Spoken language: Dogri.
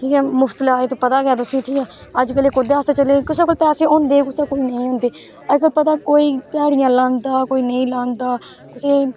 ठीक ऐ मुफ्त इलाज़ ते तुसेंगी पता गै ठीक ऐ एह् कोह्दा आस्तै चले दे कुसै कोल पैसे होंदे कुसै कोल नेंई होंदे अगर पता कोई ध्याह्ड़ियां लांदा कोई नेंई लांदा कुसे गी